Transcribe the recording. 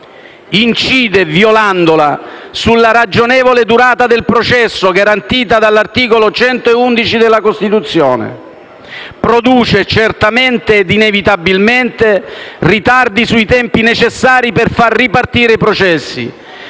poi, violandola, sulla ragionevole durata del processo garantita dall'articolo 111 della Costituzione e produce certamente ed inevitabilmente ritardi sui tempi necessari per far ripartire i processi: